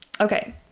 Okay